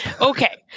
Okay